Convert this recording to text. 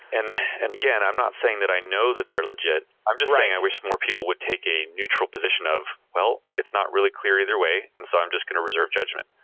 and and again, i'm not saying that i know that they're legit. i'm just saying i wish more people would take a neutral position of, well, it's not really clear either way, and so i'm just going to reserve judgment.